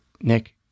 Nick